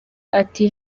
ati